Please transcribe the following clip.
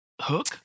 hook